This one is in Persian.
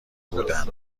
بودند